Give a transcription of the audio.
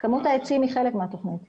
כמות העצים היא חלק מהתוכנית.